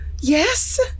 Yes